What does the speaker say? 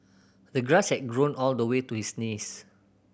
the grass had grown all the way to his knees